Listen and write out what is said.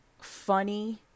funny